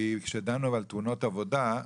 כי כשדנו על תאונות עבודה,